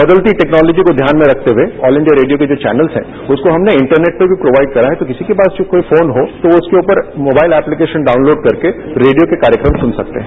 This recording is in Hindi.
बदलती टेक्नोलॉजी को ध्यान में रखते हुए ऑल इंडिया रेडियो के जो चैनल हैं उसको हमने इंटरनेट पर भी प्रोवाइड कराया है तो किसी के पास जो कोई फोन हो तो उसके ऊपर मोबाइल ऐप्लीकेशन डॉउनलोड करके रेडियो के कार्यक्रम सुन सकते हैं